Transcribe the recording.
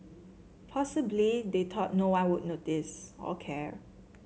possibly they thought no one would notice or care